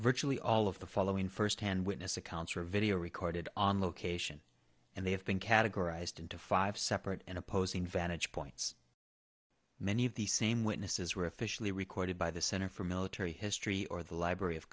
virtually all of the following firsthand witness accounts are video recorded on location and they have been categorized into five separate and opposing vantage points many of the same witnesses were officially recorded by the center for military history or the library of